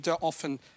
often